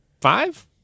Five